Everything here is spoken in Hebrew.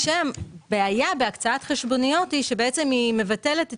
הבעיה בהקצאת חשבוניות היא שבעצם היא מבטלת את